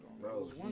bro